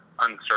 Uncertain